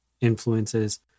influences